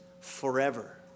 forever